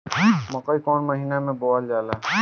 मकई कौन महीना मे बोअल जाला?